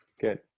good